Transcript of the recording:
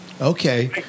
Okay